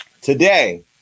today